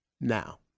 Now